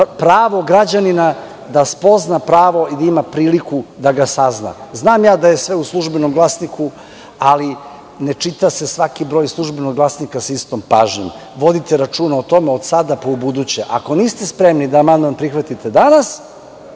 pravo građanina da spozna pravo i da ima priliku da ga sazna. Znam ja da je sve u "Službenom glasniku", ali ne čita se svaki broj "Službenog glasnika" sa istom pažnjom. Vodite računa o tome, od sada pa ubuduće. Ako niste spremni da amandman prihvatite danas,